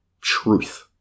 truth